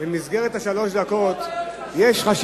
נפתרו הבעיות של השלטון המקומי?